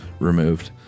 removed